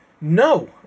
no